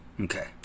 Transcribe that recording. Okay